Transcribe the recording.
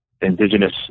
Indigenous